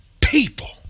people